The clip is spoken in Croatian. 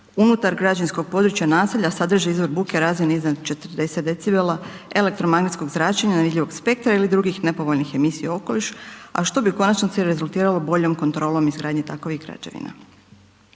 unutar građevinskog područja, naselja sadrži izvor buke .../Govornik se ne razumije./... iznad 40 dB elektromagnetskog zračenja, nevidljivog spektra ili drugih nepovoljnih emisija u okoliš a što bi u konačnici rezultiralo boljom kontrolom takvih građevina.